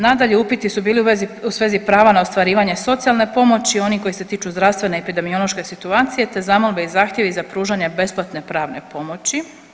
Nadalje, upiti su bili u svezi prava na ostvarivanje socijalne pomoći, oni koji se tiču zdravstvene i epidemiološke situacije, te zamolbe i zahtjevi za pružanje besplatne pravne pomoći.